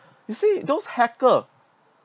you see those hacker